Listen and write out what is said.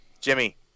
Jimmy